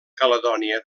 caledònia